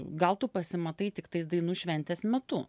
gal tu pasimatai tiktais dainų šventės metu